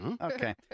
okay